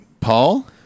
paul